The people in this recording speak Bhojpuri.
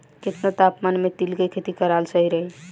केतना तापमान मे तिल के खेती कराल सही रही?